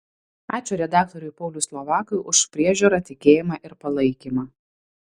ačiū redaktoriui paului slovakui už priežiūrą tikėjimą ir palaikymą